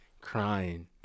crying